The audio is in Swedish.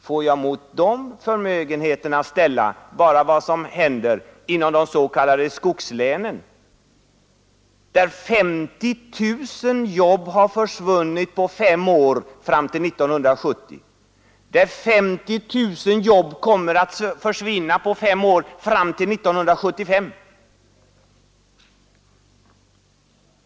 Låt mig mot dessa förmögenheter ställa några siffror från de s.k. skogslänen, där 50 000 jobb har försvunnit på fem år fram till 1970 och där ytterligare 50 000 jobb kommer att försvinna på fem år fram till 1975.